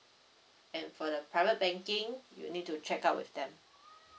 and for the private banking you need to check out with them